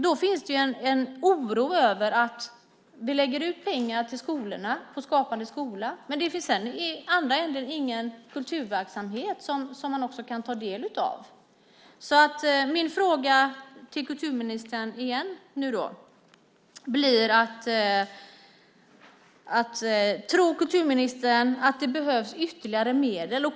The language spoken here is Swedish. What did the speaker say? Då finns det en oro över att vi lägger ut pengar på skolorna, på Skapande skola, men att det sedan i andra änden inte finns någon kulturverksamhet som man kan ta del av. Min fråga till kulturministern blir återigen: Tror kulturministern att det behövs ytterligare medel?